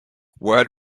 word